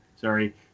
Sorry